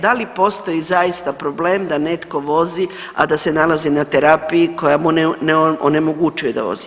Da li postoji zaista problem da netko vozi, a da se nalazi na terapiji koja mu ne onemogućuje da vozi.